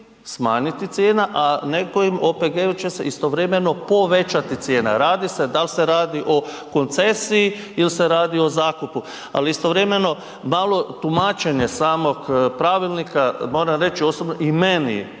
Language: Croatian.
smanjiti cijena, a nekom OPG-u će se istovremeno povećati cijena, radi se, dal se radi o koncesiji il se radi o zakupu, al istovremeno malo tumačenje samog pravilnika, moram reći osobno i meni